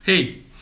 Hey